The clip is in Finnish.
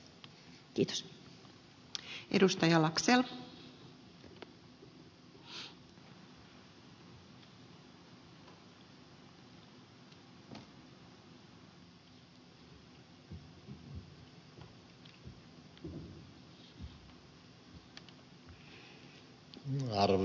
arvoisa rouva puhemies